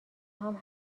همه